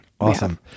Awesome